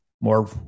more